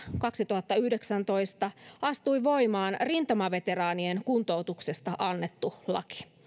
kaksituhattayhdeksäntoista alusta astui voimaan rintamaveteraanien kuntoutuksesta annettu laki